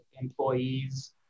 employees